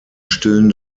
stillen